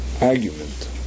argument